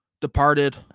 departed